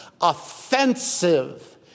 offensive